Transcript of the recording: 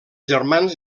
germans